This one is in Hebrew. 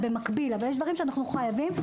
אבל יש דברים שאנו חייבים.